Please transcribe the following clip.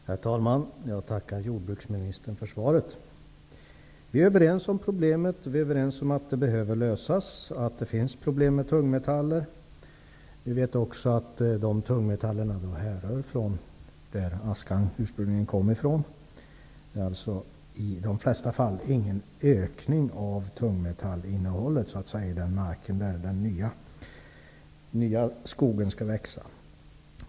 Herr talman! Jag tackar jordbruksministern för svaret. Vi är överens om problemet, och vi är överens om att det behöver lösas. Det finns alltså problem med tungmetaller. Vidare vet vi att tungmetaller härrör från sådant som askan ursprungligen kommer från. I de flesta fall rör det sig inte om någon ökning av tungmetallinnehållet i den mark där ny skog skall växa.